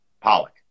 Pollock